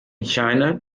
china